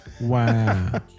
wow